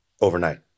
overnight